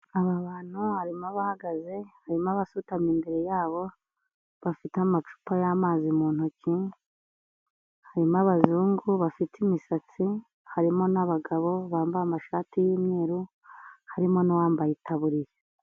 Aba bantu: harimo abahagaze, harimo abasutamye imbere yabo bafite amacupa y'amazi mu ntoki, harimo abazungu bafite imisatsi, harimo n'abagabo bambaye amashati y'umweru, harimo n'uwambaye itaburiya.